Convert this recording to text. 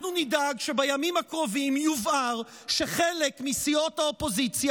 אנחנו נדאג שבימים הקרובים יובהר שחלק מסיעות האופוזיציה